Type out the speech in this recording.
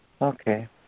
Okay